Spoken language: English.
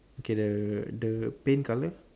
okay the the paint colour